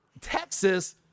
Texas